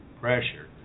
pressure